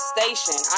Station